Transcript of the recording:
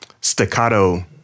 staccato